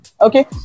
okay